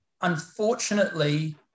Unfortunately